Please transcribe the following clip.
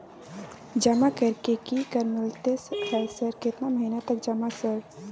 जमा कर के की कर मिलते है सर केतना महीना तक जमा सर?